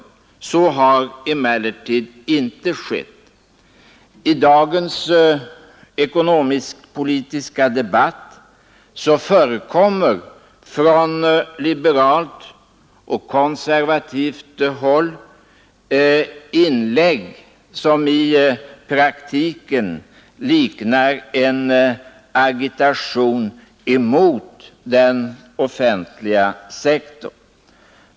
Det har de emellertid inte gjort. I dagens ekonomisk-politiska debatt förekommer från liberalt och konservativt håll inlägg som i praktiken liknar en agitation mot den offentliga sektorn.